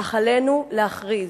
אך עלינו להכריז: